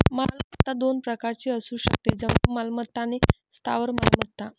मालमत्ता दोन प्रकारची असू शकते, जंगम मालमत्ता आणि स्थावर मालमत्ता